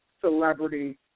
celebrity